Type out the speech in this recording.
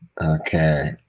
okay